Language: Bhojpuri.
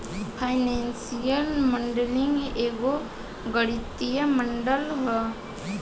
फाइनेंशियल मॉडलिंग एगो गणितीय मॉडल ह